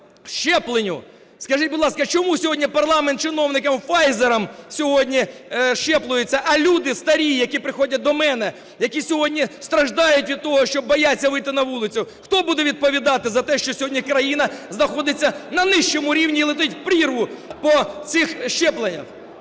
щепленню. Скажіть, будь ласка, чому сьогодні парламент чиновникам Pfizer сьогодні щепляться, а люди старі, які приходять до мене, які сьогодні страждають від того, що бояться вийти на вулицю, хто буде відповідати за те, що сьогодні країна знаходиться на нижчому рівні і летить у прірву по цим щепленням?